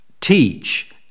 teach